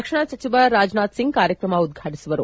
ರಕ್ಷಣಾ ಸಚಿವ ರಾಜನಾಥ್ಸಿಂಗ್ ಕಾರ್ಯಕ್ರಮ ಉದ್ಘಾಟಿಸುವರು